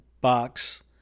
box